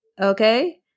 Okay